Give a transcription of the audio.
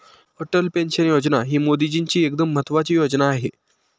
Atal pension योजना ही मोदीजींची एकदम महत्त्वाची योजना आहे